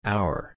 Hour